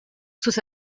sus